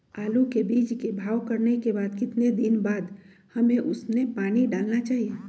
आलू के बीज के भाव करने के बाद कितने दिन बाद हमें उसने पानी डाला चाहिए?